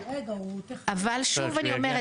אבל שוב אני אומרת,